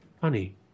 Honey